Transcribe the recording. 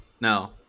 No